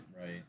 Right